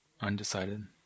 undecided